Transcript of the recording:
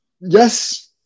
Yes